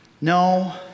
No